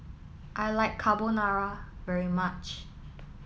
I like Carbonara very much